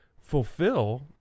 fulfill